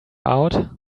out